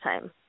time